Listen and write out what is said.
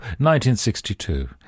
1962